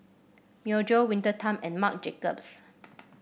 Myojo Winter Time and Marc Jacobs